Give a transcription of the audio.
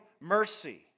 mercy